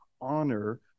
honor